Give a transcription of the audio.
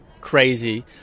crazy